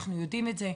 אנחנו יודעים את זה,